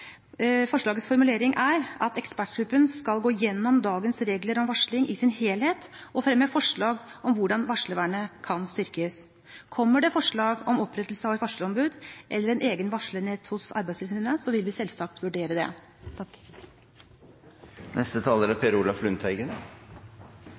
formulering om at en ekspertgruppe skal gå gjennom dagens regler om varsling i sin helhet og fremme forslag om hvordan varslervernet kan styrkes. Kommer det forslag om opprettelse av et varslerombud eller en egen varslerenhet hos Arbeidstilsynet, vil vi selvsagt vurdere det. Der det er